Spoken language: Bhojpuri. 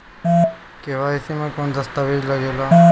के.वाइ.सी मे कौन दश्तावेज लागेला?